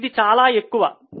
ఇది చాలా ఎక్కువ 1